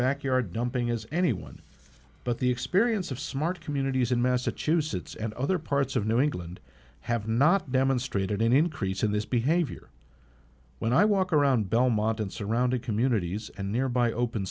backyard dumping as anyone but the experience of smart communities in massachusetts and other parts of new england have not demonstrated an increase in this behavior when i walk around belmont and surrounding communities and nearby open